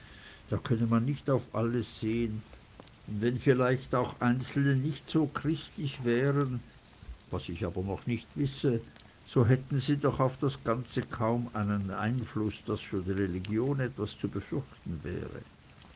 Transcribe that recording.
da könne man nicht auf alles sehen und wenn vielleicht auch einzelne nicht so recht christlich wären was ich aber nicht wisse so hätten sie doch auf das ganze kaum den einfluß daß für die religion etwas zu fürchten wäre